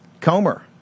Comer